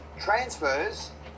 transfers